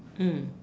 mm